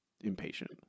impatient